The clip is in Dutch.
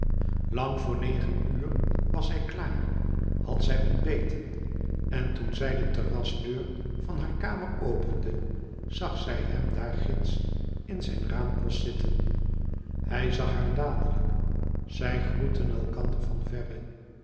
lang voor negen uur was zij klaar had zij ontbeten en toen zij de terrasdeur van haar kamer opende zag zij hem daar ginds in zijn raampost zitten hij zag haar dadelijk zij groetten elkander van verre